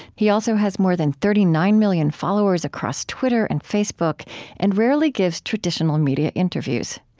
he also has more than thirty nine million followers across twitter and facebook and rarely gives traditional media interviews.